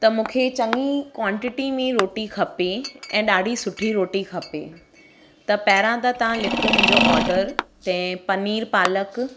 त मूंखे चङी क्वांटिटी में रोटी खपे ऐं ॾाढी सुठी रोटी खपे त पहिरियां त तव्हां लिखो मुंहिंजो ऑडर तंहिं पनीर पालक